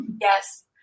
Yes